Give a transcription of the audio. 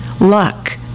Luck